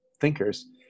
thinkers